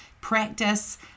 practice